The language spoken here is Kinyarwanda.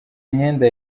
imyenda